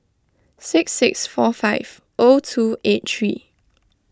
six six four five O two eight three